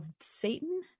satan